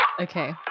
Okay